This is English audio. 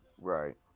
Right